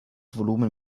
volumen